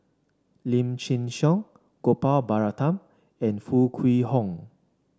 Lim Chin Siong Gopal Baratham and Foo Kwee Horng